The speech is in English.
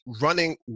running